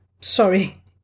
sorry